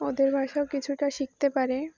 ওদের ভাষাও কিছুটা শিখতে পারে